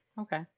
Okay